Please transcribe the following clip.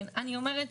אני אומרת,